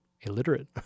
illiterate